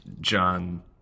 John